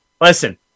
listen